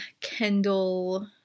Kendall